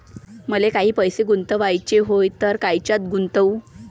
मले काही पैसे गुंतवाचे हाय तर कायच्यात गुंतवू?